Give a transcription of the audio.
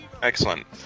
Excellent